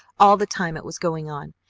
all the time it was going on,